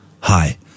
Hi